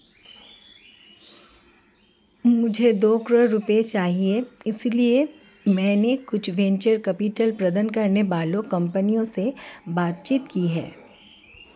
मुझे दो करोड़ रुपए चाहिए इसलिए मैंने कुछ वेंचर कैपिटल प्रदान करने वाली कंपनियों से बातचीत की है